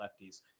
lefties